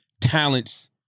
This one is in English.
talent's